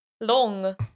long